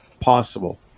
possible